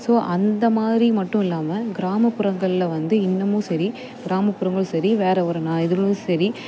so அந்தமாதிரி மட்டும் இல்லாமல் கிராமப்புறங்களில் வந்து இன்னமும் சரி கிராமப்புறங்களும் சரி வேறு ஒரு இதுங்களும் சரி